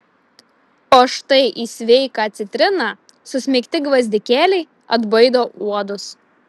o štai į sveiką citriną susmeigti gvazdikėliai atbaido uodus